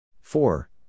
Four